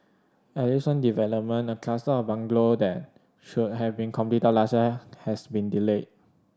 at least one development a cluster of bungalow that should have been completed last year has been delayed